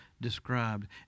described